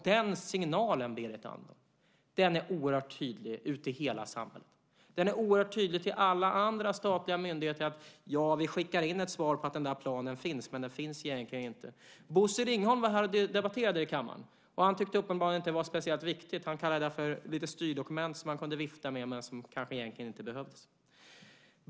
Den signalen, Berit Andnor, är oerhört tydlig i hela samhället. Den är oerhört tydlig till alla andra statliga myndigheter, nämligen att man kan skicka in ett svar på att planen finns - men den finns egentligen inte. Bosse Ringholm var här och debatterade i kammaren. Han tyckte uppenbarligen inte att det var speciellt viktigt. Han kallade den för ett styrdokument som det går att vifta med men som kanske egentligen inte behövs.